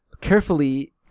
carefully